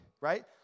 right